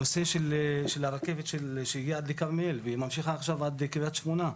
נושא של הרכבת שהגיעה עד לכרמיאל והיא ממשיכה עכשיו עד קריית שמונה,